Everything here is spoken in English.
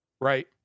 right